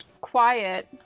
quiet